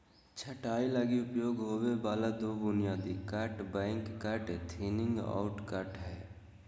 छंटाई लगी उपयोग होबे वाला दो बुनियादी cut back cut, thinning out cut हइ